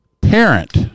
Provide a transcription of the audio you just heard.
parent